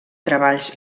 treballs